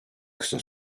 kısa